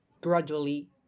Gradually